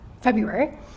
February